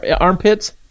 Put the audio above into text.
armpits